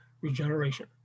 regeneration